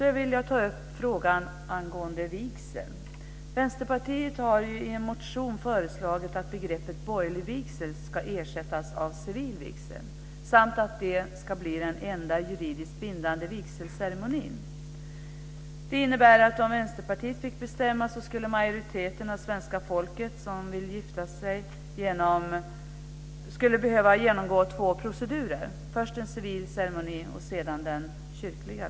Jag vill ta upp frågan om vigsel. Vänsterpartiet har i en motion föreslagit att begreppet borgerlig vigsel ska ersättas av civil vigsel samt att det ska bli den enda juridiskt bindande vigselceremonin. Det innebär att om Vänsterpartiet fick bestämma skulle majoriteten av svenska folket som vill gifta sig behöva genomgå två procedurer, först en civil ceremoni och sedan den kyrkliga.